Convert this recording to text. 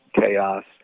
chaos